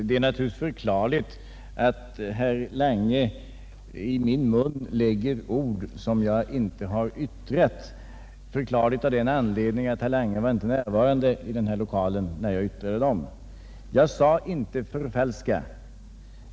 Herr talman! Det är förklarligt att herr Lange i min mun lägger ord som jag inte har yttrat. Herr Lange var nämligen inte närvarande i denna lokal när jag talade. Jag sade inte »förfalska».